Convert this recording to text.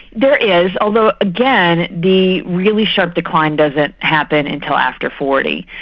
there is, although again, the really sharp decline doesn't happen until after forty.